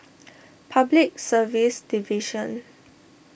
Public Service Division